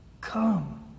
Come